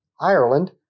Ireland